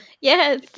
Yes